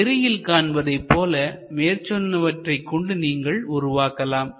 இங்கு திரையில் காண்பதை போல மேற்சொன்னவற்றை கொண்டு நீங்கள் உருவாக்கலாம்